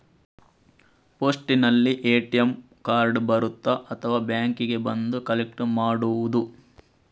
ಪೋಸ್ಟಿನಲ್ಲಿ ATM card ಬರುತ್ತಾ ಅಥವಾ ಬ್ಯಾಂಕಿಗೆ ಬಂದು ಕಲೆಕ್ಟ್ ಮಾಡುವುದು?